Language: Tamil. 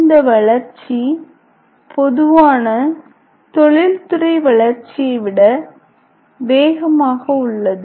இந்த வளர்ச்சி பொதுவான தொழில்துறை வளர்ச்சியை விட வேகமாக உள்ளது